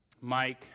Mike